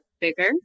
bigger